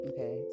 Okay